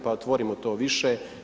Pa otvorimo to više.